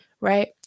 right